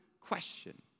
question